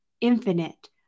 infinite